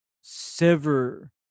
sever